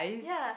ya